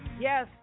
yes